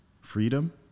freedom